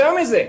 יותר מזה,